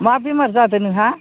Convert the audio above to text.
मा बेमार जादों नोंहा